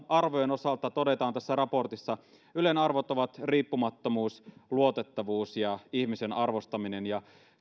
arvojen osalta tässä raportissa todetaan että ylen arvot ovat riippumattomuus luotettavuus ja ihmisen arvostaminen ja